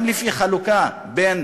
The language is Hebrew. גם לפי חלוקה בין